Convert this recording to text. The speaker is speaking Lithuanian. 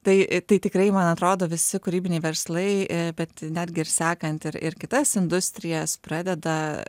tai tai tikrai man atrodo visi kūrybiniai verslai bet netgi ir sekant ir ir kitas industrijas pradeda